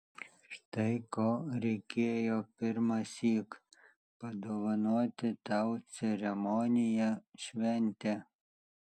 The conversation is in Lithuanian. štai ko reikėjo pirmąsyk padovanoti tau ceremoniją šventę